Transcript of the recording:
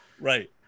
right